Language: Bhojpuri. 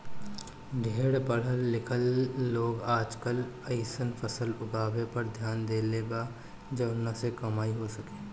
ढेर पढ़ल लिखल लोग आजकल अइसन फसल उगावे पर ध्यान देले बा जवना से कमाई हो सके